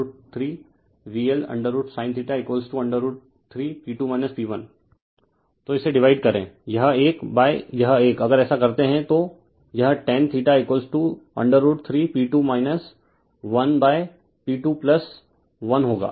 refer slide time 1129 तो इसे divide करें यह एक यह एक अगर ऐसा करते हैं तो यह tan √3 P2 one P21 होगा